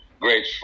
great